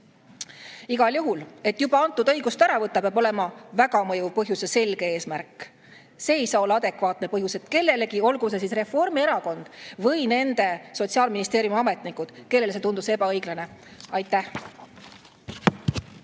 Igal juhul, et juba antud õigust ära võtta, peab olema väga mõjuv põhjus ja selge eesmärk. See ei saa olla adekvaatne põhjus, et kellelegi, olgu see siis Reformierakond või nende [juhitava] Sotsiaalministeeriumi ametnikud, tundus see ebaõiglane. Aitäh!